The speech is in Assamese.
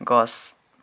গছ